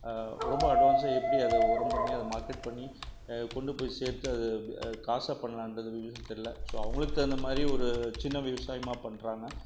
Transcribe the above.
ரொம்ப அட்வான்ஸாக எப்படி அதை உரம் பண்ணி அதை மார்க்கெட் பண்ணி கொண்டு போயி சேர்த்து அது காசாகப்பண்லான்றது தெரில ஸோ அவங்குளுக்கு தகுந்தாமாதிரி ஒரு சின்ன விவசாயமாக பண்றாங்க